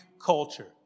culture